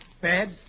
Babs